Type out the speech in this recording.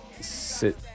sit